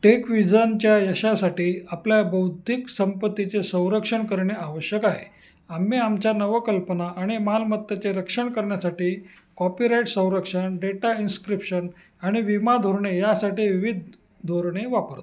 take व्हिजनच्या यशासाठी आपल्या बौद्धिक संपत्तीचे संरक्षण करणे आवश्यक आहे आम्ही आमच्या नवकल्पना आणि मालमत्तेचे रक्षण करण्यासाठी कॉपीराइट संरक्षण डेटा इन्स्क्रिप्शन आणि विमा धोरणे यासाठी विविध धोरणे वापरतो